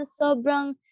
sobrang